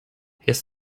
his